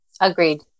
Agreed